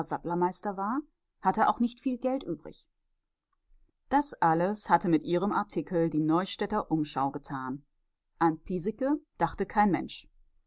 sattlermeister war hatte auch nicht viel geld übrig das alles hatte mit ihrem artikel die neustädter umschau getan an piesecke dachte kein mensch